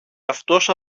αυτός